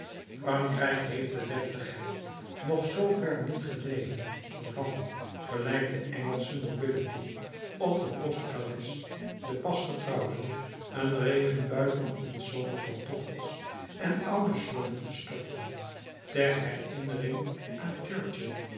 frankrijk heeft de deftigheid nog zoo ver niet gedreven van gelijk de engelsche nobility op de postkales der pasgetrouwden een regenbui van ontzoolde pantoffels en oude sloffen te storten ter herinnering aan